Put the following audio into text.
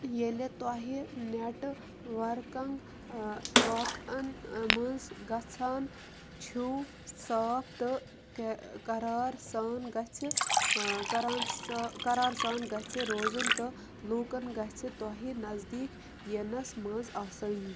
ییٛلہِ تۄہہِ networking واقعن منٛز گژھان چھِو صاف تہٕ قہ قرار سان گژھِ قرار سان گژھِ روزُن تہٕ لوٗکَن گژھِ تۄہہِ نزدیٖک یِنَس منٛز آسأنی